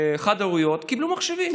חד-הוריות, וקיבלו מחשבים.